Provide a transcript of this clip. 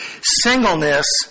singleness